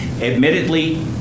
Admittedly